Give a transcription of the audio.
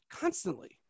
constantly